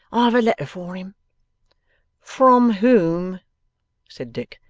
i have a letter for him from whom said dick.